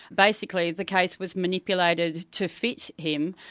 basically the case was manipulated to fit him,